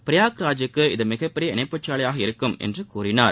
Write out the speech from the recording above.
பிரயாக் ராஜூக்கு இது மிகப்பெரிய இணைப்புச்சாலையாக இருக்கும் என்று கூறினார்